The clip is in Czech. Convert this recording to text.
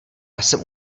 jsem